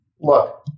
Look